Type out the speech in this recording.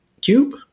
cube